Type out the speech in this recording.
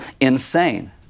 insane